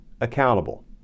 accountable